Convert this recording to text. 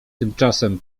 tymczasem